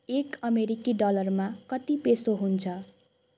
एक अमेरिकी डलरमा कति पेसो हुन्छ